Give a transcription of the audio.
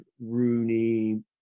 Rooney